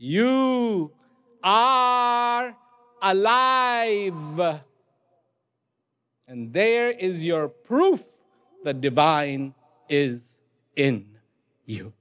you are a lie and there is your proof the divine is in you